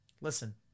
Listen